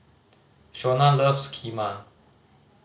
Shona loves Kheema